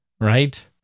right